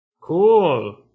Cool